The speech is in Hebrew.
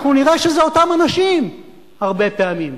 אנחנו נראה שזה אותם האנשים הרבה פעמים.